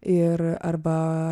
ir arba